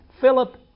Philip